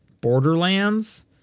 borderlands